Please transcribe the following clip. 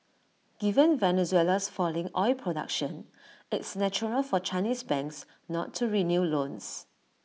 given Venezuela's falling oil production it's natural for Chinese banks not to renew loans